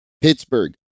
Pittsburgh